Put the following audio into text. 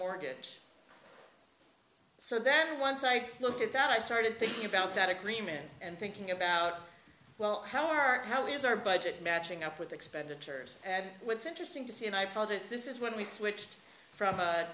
mortgage so then once i look at that i started thinking about that agreement and thinking about well how are how is our budget matching up with expenditures and what's interesting to see and i pulled it this is when we switched from a